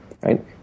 right